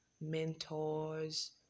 mentors